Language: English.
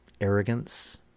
arrogance